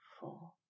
four